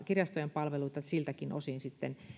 kirjastojen palveluita siltäkin osin sitten